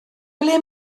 ble